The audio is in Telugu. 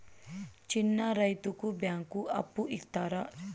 చిన్న రైతుకు బ్యాంకు అప్పు ఇస్తారా?